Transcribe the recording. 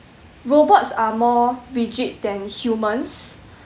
robots are more rigid than humans